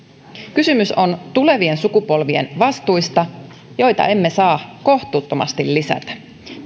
kysymys on tulevien sukupolvien vastuista joita emme saa kohtuuttomasti lisätä